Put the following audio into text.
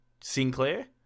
Sinclair